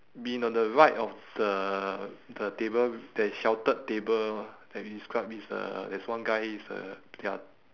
been on the right of the the table that sheltered table that we described is uh there's one guy is uh they are